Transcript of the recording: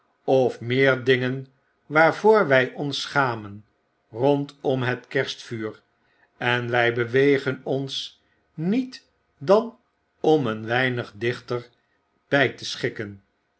of meer dingen waarvoor wij ons schamen rondom het kerstvuur en wy bewegen ons niet dan om een weinig dichter by te schikken